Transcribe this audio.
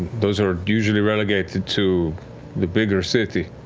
those are usually relegated to the bigger city.